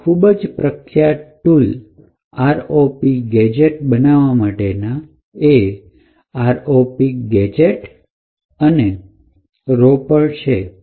બે ખૂબ જ પ્રખ્યાત tool ROP ગેજેટ બનાવવા માટેના ROP gadget અને Ropper છે